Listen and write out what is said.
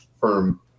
firm